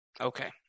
Okay